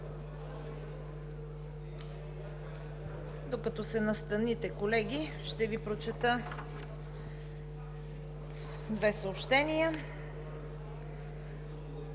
Докато се настаните, колеги, ще Ви прочета две съобщения: